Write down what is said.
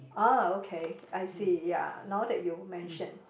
uh okay I see ya now that you mention